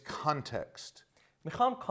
context